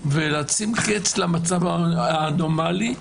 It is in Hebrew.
ולשים קץ למצב האנומלי,